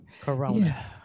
Corona